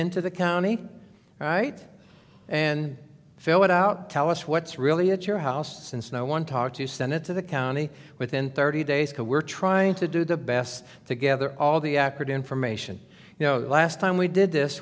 into the county right and fill it out tell us what's really at your house since no one talked to send it to the county within thirty days to we're trying to do the best together all the accurate information you know the last time we did this